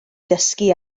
ddysgu